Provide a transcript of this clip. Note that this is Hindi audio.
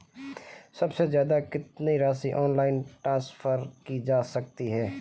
सबसे ज़्यादा कितनी राशि ऑनलाइन ट्रांसफर की जा सकती है?